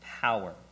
power